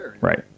Right